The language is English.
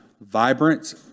vibrant